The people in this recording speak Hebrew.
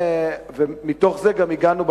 מתוך זה גם הגענו,